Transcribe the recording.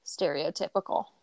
stereotypical